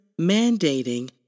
mandating